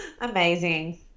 Amazing